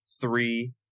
three